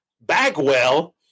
Bagwell